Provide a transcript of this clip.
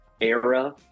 era